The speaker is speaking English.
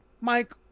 Mike